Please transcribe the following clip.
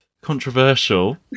controversial